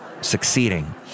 succeeding